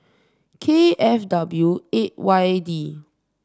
K F W eight Y D